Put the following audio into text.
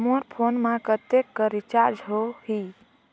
मोर phone मा कतेक कर रिचार्ज हो ही?